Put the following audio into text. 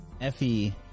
Effie